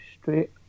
straight